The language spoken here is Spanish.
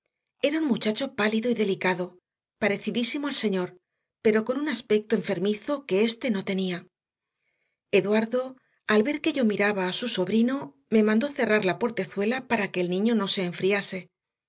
era un muchacho pálido y delicado parecidísimo al señor pero con un aspecto enfermizo que éste no tenía eduardo al ver que yo miraba a su sobrino me mandó cerrar la portezuela para que el niño no se enfriase